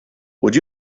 would